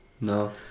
No